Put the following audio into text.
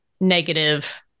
negative